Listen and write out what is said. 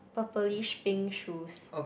purplish pink shoes